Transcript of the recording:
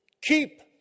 keep